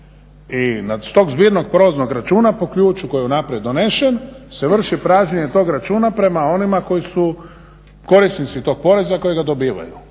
i s tog zbirnog prolaznog računa po ključu koji je unaprijed donesen se vrši pražnjenje tog računa prema onima koji su korisnici tog poreza, koji ga dobivaju.